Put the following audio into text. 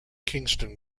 kingston